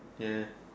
ya